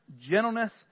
gentleness